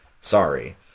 Sorry